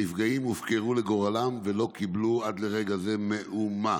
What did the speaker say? הנפגעים הופקרו לגורלם ולא קיבלו עד רגע זה מאומה.